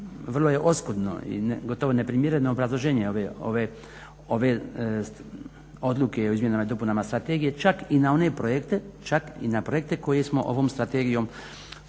vrlo je oskudno i gotovo neprimjereno obrazloženje ove odluke o izmjenama i dopunama strategije čak i na one projekte, čak i na projekte koje